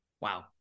Wow